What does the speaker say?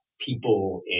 people